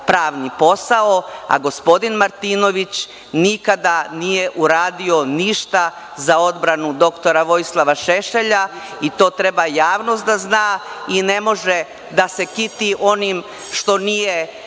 pravni posao, a gospodin Martinović nikada nije uradio ništa za odbranu doktora Vojislava Šešelja i to treba javnost da zna i ne može da se kiti onim što nije